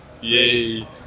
Yay